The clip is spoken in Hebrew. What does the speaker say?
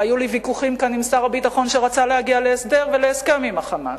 היו לי ויכוחים כאן עם שר הביטחון שרצה להגיע להסדר ולהסכם עם ה"חמאס"